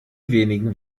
wenigen